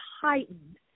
heightened